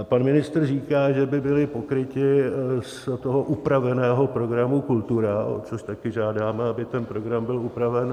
A pan ministr říká, že by byly pokryty z toho upraveného programu Kultura, o což také žádáme, aby ten program byl upraven.